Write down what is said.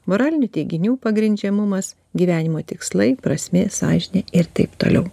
moralinių teiginių pagrindžiamumas gyvenimo tikslai prasmė sąžinė ir taip toliau